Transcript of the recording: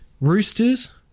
Roosters